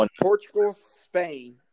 Portugal-Spain